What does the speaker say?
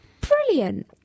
Brilliant